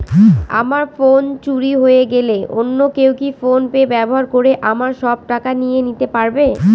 আমার ফোন চুরি হয়ে গেলে অন্য কেউ কি ফোন পে ব্যবহার করে আমার সব টাকা নিয়ে নিতে পারবে?